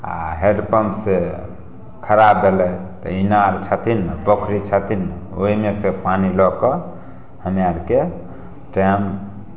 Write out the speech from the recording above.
आ हैण्डपम्प से खराब भेलै तऽ इनार छथिन ने पोखरि छथिन ने ओहिमे से लऽ कऽ हमे आरके टाइम